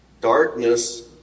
darkness